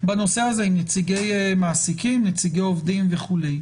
בנושא הזה, עם נציגי מעסיקים, נציגי עובדים וכו'.